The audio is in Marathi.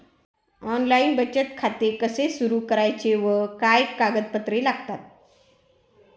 ऑनलाइन बचत खाते कसे सुरू करायचे व काय कागदपत्रे लागतात?